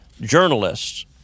journalists